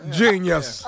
genius